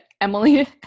Emily